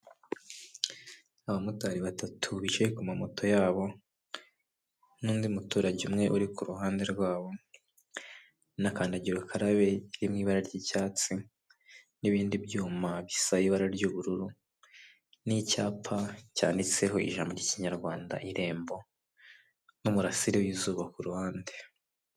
Abamotari batatu bicaye ku ma moto yabo, n'undi muturage umwe uri ku ruhande rwabo, n'akandagira urakabe iri mu ibara ry'icyatsi, n'ibindi byuma bisa ibara ry'ubururu, n'icyapa cyanditseho ijambo ry'ikinyarwanda irembo, n'umurasire w'izuba ku ruhande.